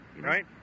Right